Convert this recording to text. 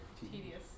tedious